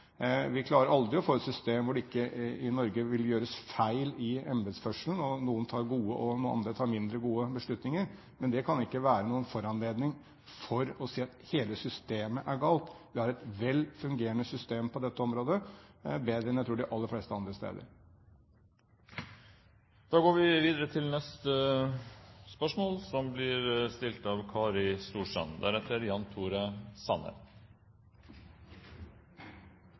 Vi klarer aldri å få et system i Norge hvor det ikke vil gjøres feil i embetsførselen. Noen tar gode og noen andre tar mindre gode beslutninger, men det kan ikke være noen foranledning for å si at hele systemet er galt. Vi har et vel fungerende system på dette området – bedre, tror jeg, enn de aller fleste andre